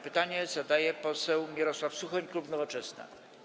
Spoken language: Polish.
Pytanie zadaje poseł Mirosław Suchoń, klub Nowoczesna.